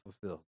fulfilled